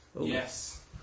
yes